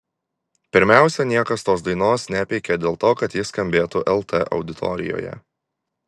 pirmiausia niekas tos dainos nepeikė dėl to kad ji skambėtų lt auditorijoje